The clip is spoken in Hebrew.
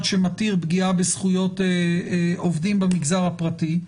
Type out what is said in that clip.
שמתיר פגיעה בזכויות עובדים במגזר הפרטי,